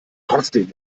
trotzdem